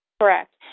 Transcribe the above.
Correct